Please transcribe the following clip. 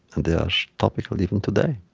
and they are topical even today